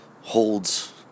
holds